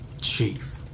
chief